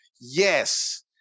Yes